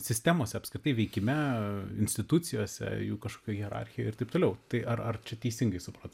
sistemos apskritai veikime institucijose jų kažkokią hierarchiją ir taip toliau tai ar čia teisingai supratau